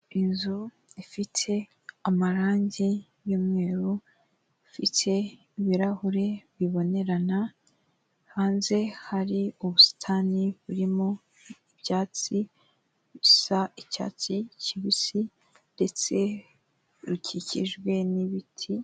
Inzu ifite amarange y'umweru, ifite ibirahure bibonerana, hanze hari ubusitani burimo ibyatsi bisa icyatsi kibisi ndetse rukikijwe n'ibiti.